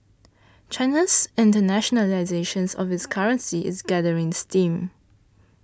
China's internationalisation of its currency is gathering steam